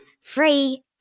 Free